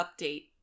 update